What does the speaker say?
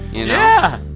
yeah.